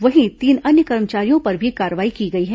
वहीं तीन अन्य कर्मचारियों पर भी कार्रवाई की गई है